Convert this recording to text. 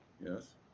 Yes